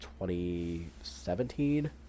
2017